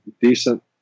decent